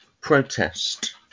protest